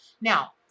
Now